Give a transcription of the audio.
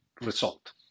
result